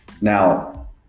Now